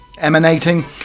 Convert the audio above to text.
emanating